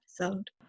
episode